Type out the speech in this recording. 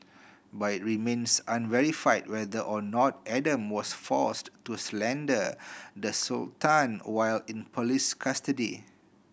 but it remains unverified whether or not Adam was forced to slander the Sultan while in police custody